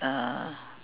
uh